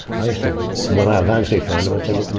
i used to when i eventually found him, i tell him,